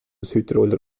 südtiroler